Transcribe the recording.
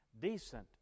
decent